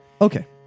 okay